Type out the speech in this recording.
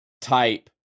type